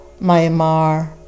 Myanmar